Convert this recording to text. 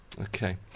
Okay